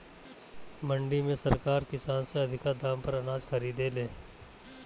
मंडी में सरकार किसान से अधिका दाम पर अनाज खरीदे ले